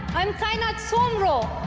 i am kainat soomro.